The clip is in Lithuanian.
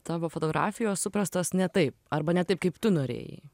tavo fotografijos suprastos ne taip arba ne taip kaip tu norėjai